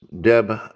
Deb